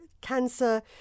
cancer